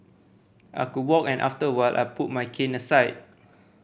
I could walk and after a while I put my cane aside